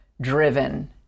driven